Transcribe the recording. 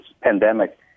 pandemic